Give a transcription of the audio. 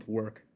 work